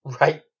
Right